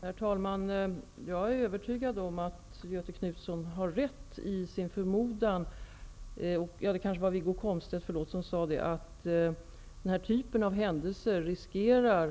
Herr talman! Jag är övertygad om att Wiggo Komstedt har rätt i sin förmodan att det finns risk för att den här typen av händelser kan leda